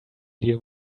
deal